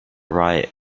riot